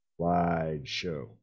slideshow